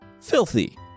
filthy